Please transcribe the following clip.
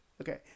Okay